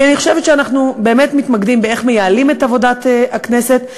כי אני חושבת שאנחנו באמת מתמקדים באיך מייעלים את עבודת הכנסת,